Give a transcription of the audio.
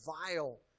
vile